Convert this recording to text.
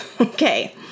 Okay